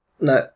No